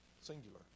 singular